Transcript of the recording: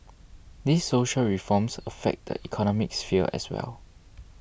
these social reforms affect the economic sphere as well